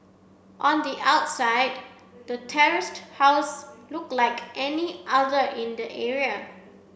on the outside the terraced house look like any other in the area